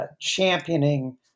championing